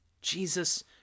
Jesus